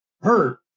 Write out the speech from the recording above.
hurt